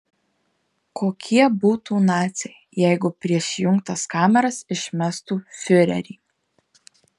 kokie būtų naciai jeigu prieš įjungtas kameras išmestų fiurerį